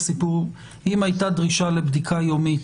אם הייתה דרישה לבדיקה יומית,